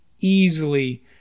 easily